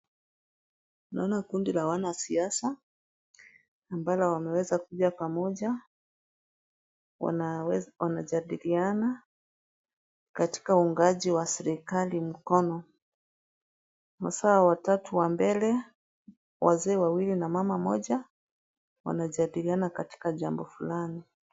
Naona kundi la wasiasa ambalo wameweza kuja pamoja, wanajadiliana kutika uungaji wa serikali. watatu wa mbele, wazee wawili na mama mmoja, wanajadiliana katika jambo fulani.